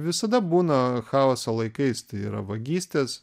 visada būna chaoso laikais tai yra vagystės